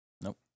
Nope